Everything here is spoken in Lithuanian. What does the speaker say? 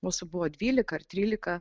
mūsų buvo dvylika ar trylika